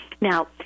Now